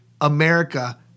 America